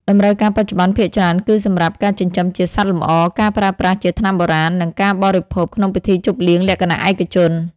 តម្រូវការបច្ចុប្បន្នភាគច្រើនគឺសម្រាប់ ការចិញ្ចឹមជាសត្វលម្អ ការប្រើប្រាស់ជាថ្នាំបុរាណ និង ការបរិភោគក្នុងពិធីជប់លៀងលក្ខណៈឯកជន។